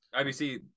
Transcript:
IBC